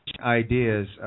ideas